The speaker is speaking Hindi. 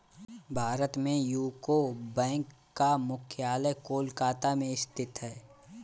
भारत में यूको बैंक का मुख्यालय कोलकाता में स्थित है